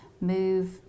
move